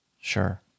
Sure